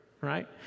right